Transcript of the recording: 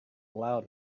loud